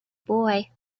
boy